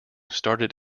started